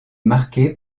marqué